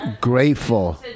grateful